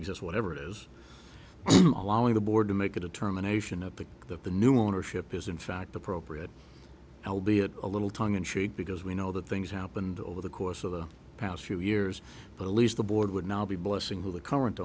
us whatever it is allowing the board to make a determination of the that the new ownership is in fact appropriate i'll be it a little tongue in cheek because we know that things happened over the course of the past few years but at least the board would now be blessing to the current